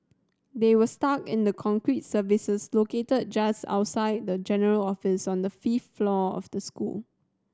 they were stuck in the concrete crevices located just outside the general office on the fifth floor of the school